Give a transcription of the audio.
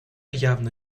явно